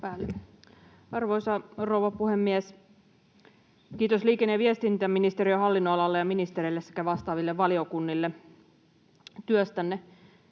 Arvoisa rouva puhemies! Kiitos liikenne- ja viestintäministeriön hallinnonalalle ja ministerille sekä vastaaville valiokunnille työstänne.